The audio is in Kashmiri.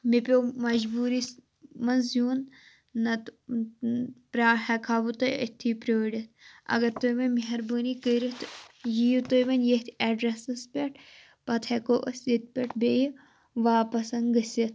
مےٚ پیٚو مجبوری منٛز یُن نَتہٕ ہیٚکہٕ ہا بہٕ تۄہہِ أتتھٕے پرٲرتھ اگر تُہۍ مےٚ مہربٲنی کٔرِتھ یِیو تُہۍ وۄنۍ ییٚتھۍ ایٚڈریٚسس پٮ۪ٹھ پتہٕ ہیٚکَو أسۍ ییٚتہِ پٮ۪ٹھ بیٚیہِ واپَس گٔژھتھ